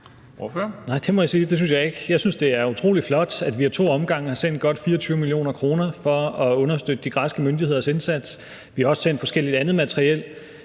Nej, det må jeg sige at jeg ikke synes. Jeg synes, det er utrolig flot, at vi ad to omgange har sendt godt 24 mio. kr. for at understøtte de græske myndigheders indsats. Vi har også sendt forskelligt andet materiel.